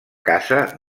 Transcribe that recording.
casa